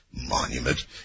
Monument